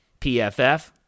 PFF